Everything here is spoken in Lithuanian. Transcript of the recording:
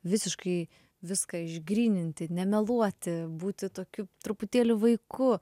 visiškai viską išgryninti nemeluoti būti tokiu truputėlį vaiku